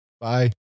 Bye